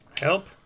Help